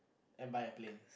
and buy a plane